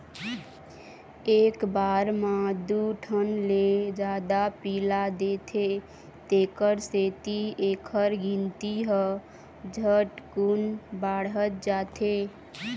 एक बार म दू ठन ले जादा पिला देथे तेखर सेती एखर गिनती ह झटकुन बाढ़त जाथे